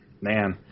man